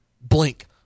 Blink